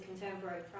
contemporary